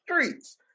streets